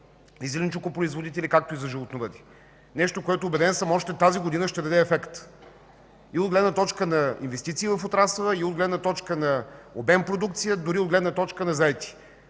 за зеленчукопроизводителите и животновъдите – нещо, което, убеден съм, още тази година ще даде ефект – и от гледна точка на инвестиции в отрасъла, и от гледна точка на обем продукция, дори от гледна точка на заетост,